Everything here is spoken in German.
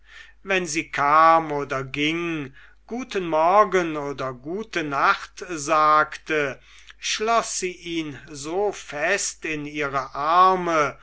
wenn sie kam oder ging guten morgen oder gute nacht sagte schloß sie ihn so fest in ihre arme